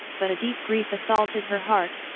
but a deep grief assaulted her heart,